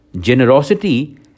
Generosity